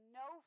no